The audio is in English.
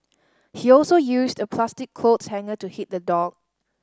he also used a plastic clothes hanger to hit the dog